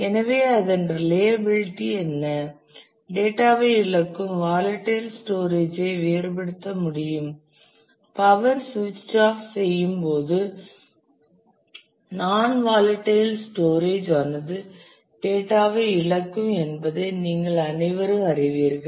எனவே அதன் ரிலையபிளிட்டி என்ன டேட்டா ஐ இழக்கும் வாலடைல் ஸ்டோரேஜ் ஐ வேறுபடுத்த முடியும் பவர் ஸ்விச்சிடு ஆப் செய்யும் போது நாண் வாலடைல் ஸ்டோரேஜ் ஆனது டேட்டா ஐ இழக்கும் என்பதை நீங்கள் அனைவரும் அறிவீர்கள்